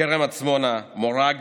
כרם עצמונה, מורג